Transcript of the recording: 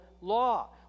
law